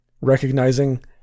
Recognizing